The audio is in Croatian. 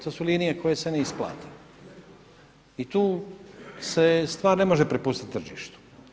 To su linije koje se ne isplate i tu se stvar ne može prepustiti tržištu.